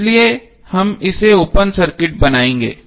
इसलिए हम इसे ओपन सर्किट बनाएंगे